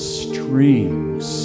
streams